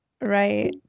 Right